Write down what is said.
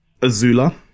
azula